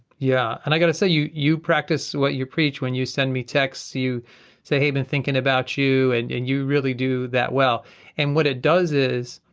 yeah and i gotta say, you you practice what you preach. when you send me texts, you say hey i've been thinking about you and and you really do that well and what it does is,